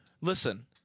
Listen